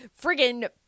friggin